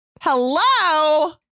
Hello